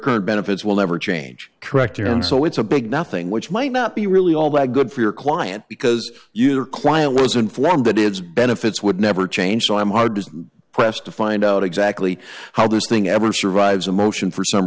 current benefits will never change correct and so it's a big nothing which might not be really all that good for your client because your client was informed that its benefits would never change so i modest quest to find out exactly how this thing ever survives a motion for s